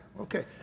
Okay